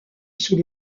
sous